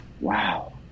Wow